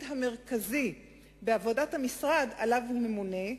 המרכזי בעבודת המשרד שעליו הוא ממונה,